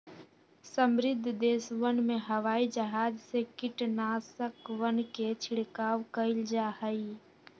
समृद्ध देशवन में हवाई जहाज से कीटनाशकवन के छिड़काव कइल जाहई